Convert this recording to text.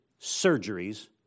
surgeries